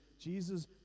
Jesus